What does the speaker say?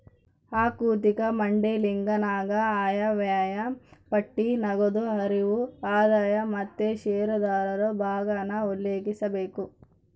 ಆಋಥಿಕ ಮಾಡೆಲಿಂಗನಾಗ ಆಯವ್ಯಯ ಪಟ್ಟಿ, ನಗದು ಹರಿವು, ಆದಾಯ ಮತ್ತೆ ಷೇರುದಾರರು ಭಾಗಾನ ಉಲ್ಲೇಖಿಸಬೇಕು